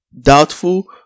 doubtful